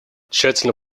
тщательно